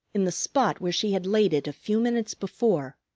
in the spot where she had laid it a few minutes before,